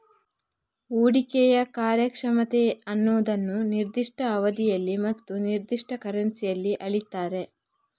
ಹೂಡಿಕೆಯ ಕಾರ್ಯಕ್ಷಮತೆ ಅನ್ನುದನ್ನ ನಿರ್ದಿಷ್ಟ ಅವಧಿಯಲ್ಲಿ ಮತ್ತು ನಿರ್ದಿಷ್ಟ ಕರೆನ್ಸಿಯಲ್ಲಿ ಅಳೀತಾರೆ